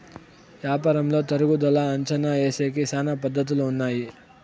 యాపారంలో తరుగుదల అంచనా ఏసేకి శ్యానా పద్ధతులు ఉన్నాయి